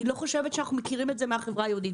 אני לא חושבת שאנחנו מכירים את זה מהחברה היהודית.